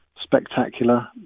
spectacular